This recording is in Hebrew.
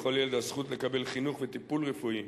לכל ילד הזכות לקבל חינוך וטיפול רפואי.